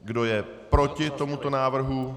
Kdo je proti tomuto návrhu?